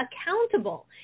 accountable